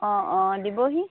অঁ অঁ দিবহি